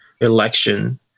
election